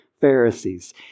Pharisees